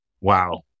Wow